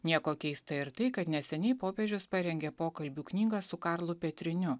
nieko keista ir tai kad neseniai popiežius parengė pokalbių knygą su karlu petriniu